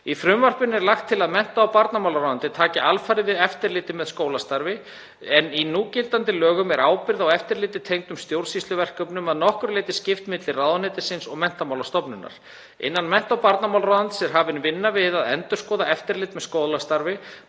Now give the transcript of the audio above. Í frumvarpinu er lagt til að mennta- og barnamálaráðuneyti taki alfarið við eftirliti með skólastarfi, en í núgildandi lögum er ábyrgð á eftirliti tengdum stjórnsýsluverkefnum að nokkru leyti skipt milli ráðuneytisins og Menntamálastofnunar. Innan mennta- og barnamálaráðuneytisins er hafin vinna við að endurskoða eftirlit með skólastarfi,